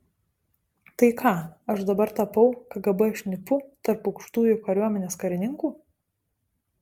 tai ką aš dabar tapau kgb šnipu tarp aukštųjų kariuomenės karininkų